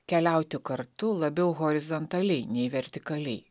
keliauti kartu labiau horizontaliai nei vertikaliai